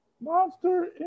monster